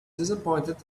disappointed